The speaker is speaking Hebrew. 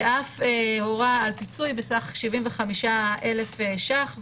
ואף הורה על פיצוי בסך 75,000 ש"ח,